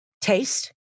taste